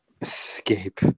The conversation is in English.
Escape